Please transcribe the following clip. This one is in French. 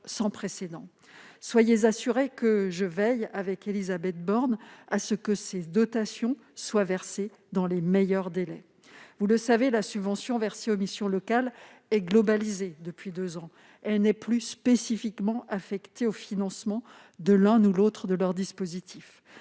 sans précédent. Soyez assurée que je veille, avec Élisabeth Borne, à ce que ces crédits soient versés dans les meilleurs délais. Vous le savez, la subvention accordée aux missions locales est globalisée depuis deux ans. Elle n'est plus spécifiquement affectée au financement de l'un ou l'autre de leurs dispositifs.